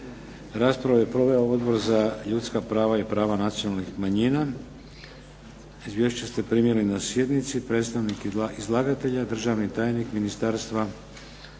Raspravu je proveo Odbor za ljudska prava i prava nacionalnih manjina. Izvješća ste primili na sjednici. Predstavnik izlagatelja, državni tajnik Ministarstva